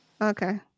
Okay